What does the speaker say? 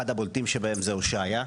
אחד הבולטים שבהם זה הושעיה.